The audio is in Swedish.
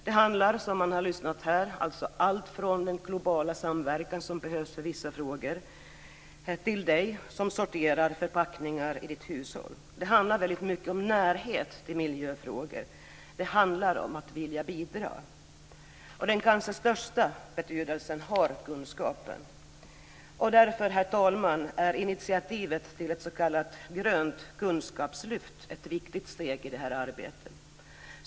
Det handlar som vi här har hört om allt från den globala samverkan som behövs för vissa frågor till dig som sorterar förpackningar i ditt hushåll. Det handlar mycket om närhet till miljöfrågor. Det handlar om att vilja bidra. Den kanske största betydelsen har kunskaperna. Därför, herr talman, är initiativet till ett s.k. grönt kunskapslyft ett viktigt steg i det här arbetet.